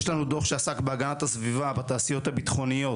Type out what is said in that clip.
יש לנו דוח שעסק בהגנת הסביבה בתעשיות הביטחוניות,